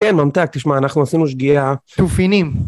כן, ממתק, תשמע, אנחנו עשינו שגיאה תופינים.